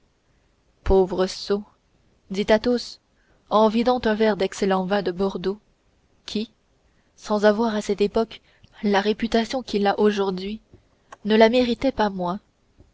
pauvres sots dit athos en vidant un verre d'excellent vin de bordeaux qui sans avoir à cette époque la réputation qu'il a aujourd'hui ne la méritait pas moins